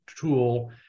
tool